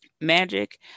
magic